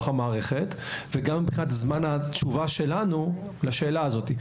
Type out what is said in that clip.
המערכת וגם מבחינת זמן התשובה שלנו לשאלה הזאת.